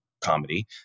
comedy